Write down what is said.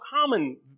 common